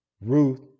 ruth